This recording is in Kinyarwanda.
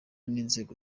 n’inzego